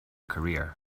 career